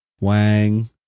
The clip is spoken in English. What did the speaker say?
wang